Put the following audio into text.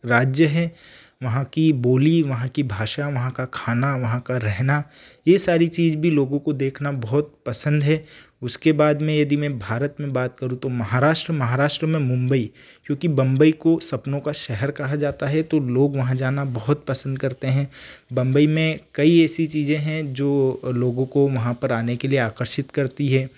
राज्य है वहाँ की बोली वहाँ की भाषा वहाँ का खाना वहाँ का रहना यह सारी चीज़ भी लोगों को देखना बहुत पसंद है उसके बात में यदि मैं भारत में बात करूँ तो महाराष्ट्र महाराष्ट्र में मुम्बई क्योंकि बम्बई को सपनों का शहर कहा जाता है तो लोग वहाँ जाना बहुत पसंद करते हैं बम्बई में कई ऐसी चीज़ें हैं जो लोगों को वहाँ पर आने के लिए आकर्षित करती है